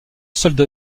solde